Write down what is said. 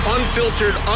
Unfiltered